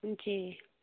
جی